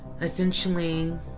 Essentially